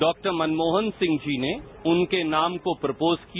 डॉ मनमोहन सिंहजी ने उनके नाम को प्रपोज किया